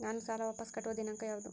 ನಾನು ಸಾಲ ವಾಪಸ್ ಕಟ್ಟುವ ದಿನಾಂಕ ಯಾವುದು?